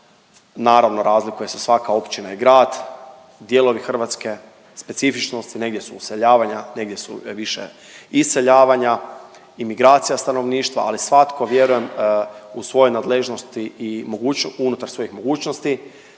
naravno razlike se svaka općina i grad, dijelovi Hrvatske, specifičnosti negdje su useljavanja, negdje su više iseljavanja, imigracija stanovništva, ali svatko vjerujem u svojoj nadležnosti i moguć… unutar svojih mogućnosti